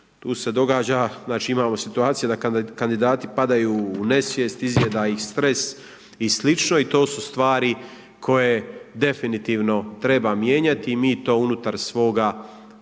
tu se događa znači imamo situaciju da kada kandidati padaju u nesvijest, izjeda ih stres i sl., i to su stvari koje definitivno treba mijenjati i mi to unutar svog prijedloga